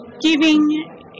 giving